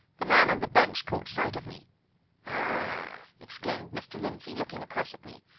the man on the bench caught sight of me ah! exclaimed mr. lindsey, looking across at me.